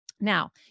Now